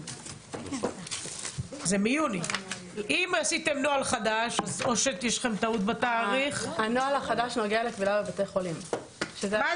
אני פותחת את ישיבת ועדת ביטחון הפנים.